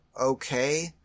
okay